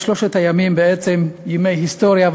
שלושת הימים הם בעצם ימים היסטוריים,